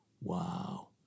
Wow